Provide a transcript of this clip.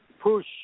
push